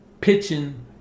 pitching